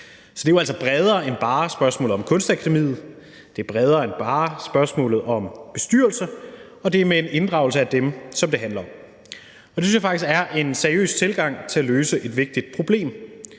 Så det er altså bredere end bare spørgsmålet om Kunstakademiet, det er bredere end bare spørgsmålet om bestyrelser, og det er med en inddragelse af dem, som det handler om. Det synes jeg faktisk er en seriøs tilgang til at løse et vigtigt problem